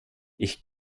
ich